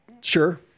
sure